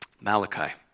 Malachi